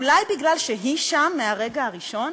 אולי כי היא שם מהרגע הראשון?